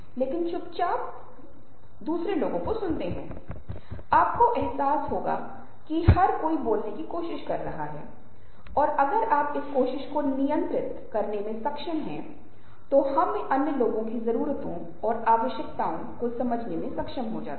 तो सोक्राटिक का अर्थ है कि वे बहुत बातूनी हैं वे बहुत विश्लेषणात्मक हैं उनके पास बहुत सारी जानकारी है वे लोगों को मनाने की कोशिश करते हैं